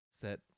set